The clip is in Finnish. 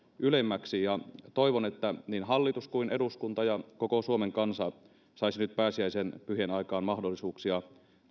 ylemmäksi ja toivon että niin hallitus kuin eduskunta ja koko suomen kansa saisivat nyt pääsiäisen pyhien aikaan mahdollisuuksia